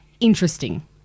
Interesting